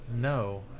No